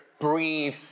breathe